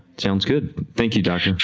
sounds good, thank you doctor.